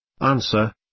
Answer